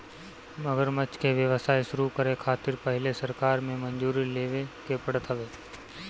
मगरमच्छ के व्यवसाय शुरू करे खातिर पहिले सरकार से मंजूरी लेवे के पड़त हवे